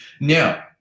Now